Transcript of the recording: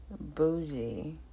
bougie